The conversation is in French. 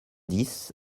dix